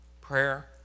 prayer